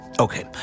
Okay